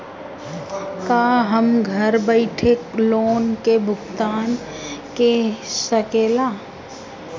का हम घर बईठे लोन के भुगतान के शकेला?